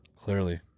Clearly